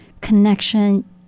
connection